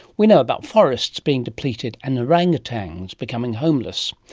we know about forests being depleted and orangutans becoming homeless.